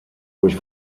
durch